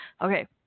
Okay